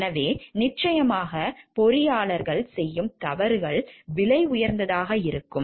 எனவே நிச்சயமாக பொறியாளர்கள் செய்யும் தவறுகள் விலை உயர்ந்ததாக இருக்கும்